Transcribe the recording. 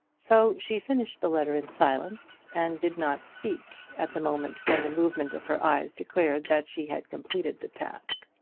so she finished the letter in silence, and did not speak at the moment when the movement of her eyes declared that she had completed the task.